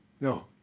No